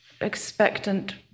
expectant